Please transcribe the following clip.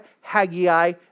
Haggai